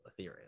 ethereum